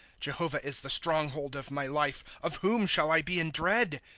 jehovah is the stronghold of my life of whom shall i be in dread?